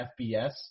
FBS